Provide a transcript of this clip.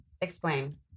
Explain